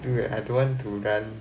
dude I don't want to run